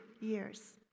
years